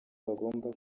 bagomba